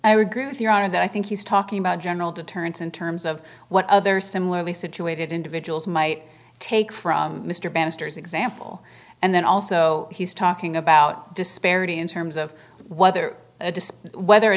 i would agree with your honor that i think he's talking about general deterrence in terms of what other similarly situated individuals might take from mr bannister's example and then also he's talking about disparity in terms of whether